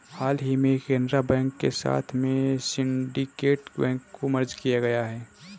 हाल ही में केनरा बैंक के साथ में सिन्डीकेट बैंक को मर्ज किया गया है